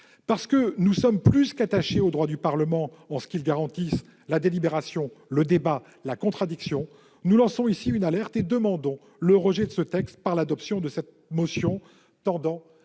Parce que nous sommes plus qu'attachés aux droits du Parlement, en ce qu'ils garantissent la délibération, le débat, la contradiction, nous lançons une alerte et nous demandons le rejet de ce texte, au travers de l'adoption de cette motion tendant